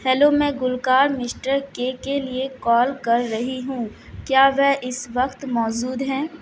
hello میں گلوکار mister کے کے لیے کال کر رہی ہوں کیا وہ اس وقت موجود ہیں